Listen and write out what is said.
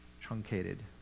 truncated